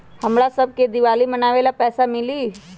हमरा शव के दिवाली मनावेला पैसा मिली?